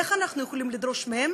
איך אנחנו יכולים לדרוש מהם